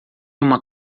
uma